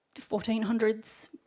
1400s